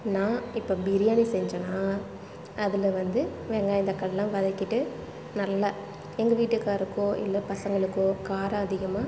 நான் இப்போ பிரியாணி செஞ்சேனா அதில் வந்து வெங்காயம் தக்காளிலாம் வதக்கிவிட்டு நல்லா எங்கள் வீட்டுக்காருக்கோ இல்லை பசங்களுக்கோ காரம் அதிகமாக